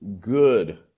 good